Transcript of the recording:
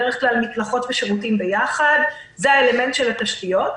בדרך כלל מקלחות ושירותים ביחד זה האלמנט של התשתיות.